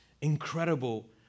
incredible